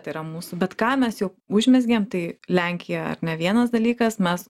tai yra mūsų bet ką mes jau užmezgėm tai lenkija ar ne vienas dalykas mes